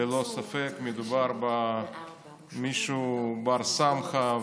ללא ספק מדובר במישהו שהוא בר-סמכא,